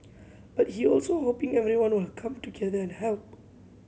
but he also hoping everyone will come together and help